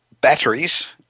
batteries